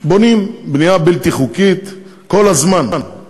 שבונים בנייה בלתי חוקית כל הזמן,